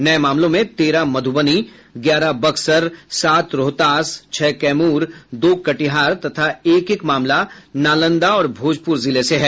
नये मामलों में तेरह मध्रबनी ग्यारह बक्सर सात रोहतास छह कैमूर दो कटिहर तथा एक एक मामला नालंदा और भोजपुर जिले से है